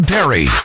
Perry